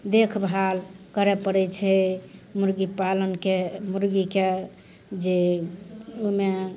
देखभाल करऽ पड़ैत छै मुर्गीपालनके मुर्गीके जे ओहिमे